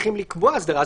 היינו צריכים לקבוע הסדרה,